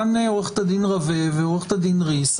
עו"ד רווה וריס,